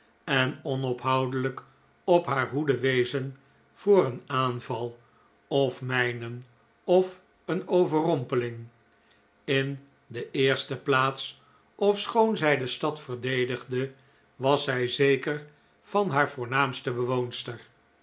en onophoudelijk op haar hoede wezen voor een aanval of mijnen of een overrompeling in de eerste plaats ofschoon zij de stad verdedigde was zij zeker van haar voornaamste bewoonster